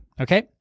Okay